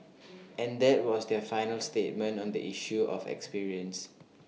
and that was their final statement on the issue of experience